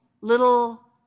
little